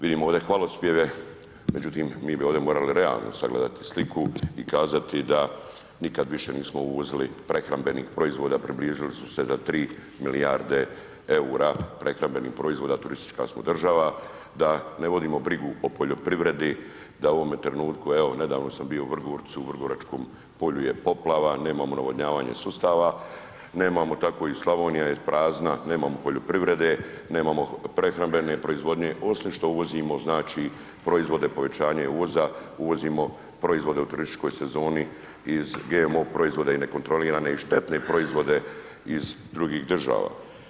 Vidimo ovdje hvalospjeve međutim mi bi ovdje morali realno sagledati sliku i kazati da nikad više nismo uvozili prehrambenih proizvoda, približili smo se do 3 milijarde eura prehrambenih proizvoda, turistička smo država, da ne vodimo brigu o poljoprivredi, da u ovome trenutku evo nedavno amandman bio u Vrgorcu, u vrgoračkom polju je poplava, nemamo navodnjavanje sustava, nemamo tako i Slavonija je prazna, nemamo poljoprivrede, nemamo prehrambene proizvodnje osim što uvozimo znači proizvode, povećanje uvoza, uvozimo proizvode u turističkoj sezoni iz GMO proizvoda i nekontroliranih i štetne proizvode oz drugih država.